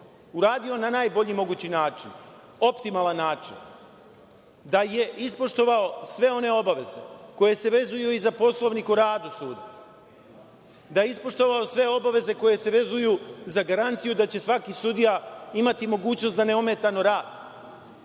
uradio na najbolji mogući način, optimalan način, da je ispoštovao sve one obaveze koje se vezuju i za poslovnik o radu suda, da je ispoštovao sve obaveze koje se vezuju za garanciju da će svaki sudija imati mogućnost da neometano radi,